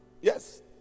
Yes